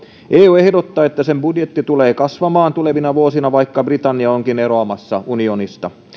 eu ehdottaa että sen budjetti tulee kasvamaan tulevina vuosina vaikka britannia onkin eroamassa unionista